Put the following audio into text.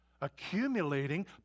accumulating